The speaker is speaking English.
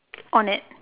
on it